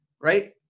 right